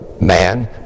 man